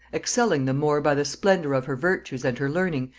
excelling them more by the splendor of her virtues and her learning,